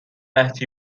قحطی